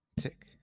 tick